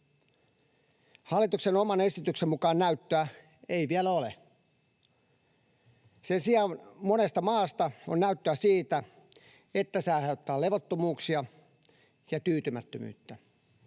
Hallituksen oman esityksen mukaan näyttöä ei vielä ole. Sen sijaan monesta maasta on näyttöä siitä, että se aiheuttaa levottomuuksia ja tyytymättömyyttä.